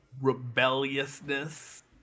Rebelliousness